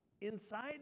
inside